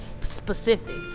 specific